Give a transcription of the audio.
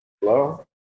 Hello